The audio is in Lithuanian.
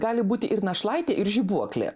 gali būti ir našlaitė ir žibuoklė